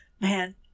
Man